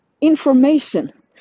information